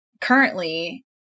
currently